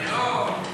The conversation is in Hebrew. אני לא,